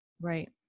right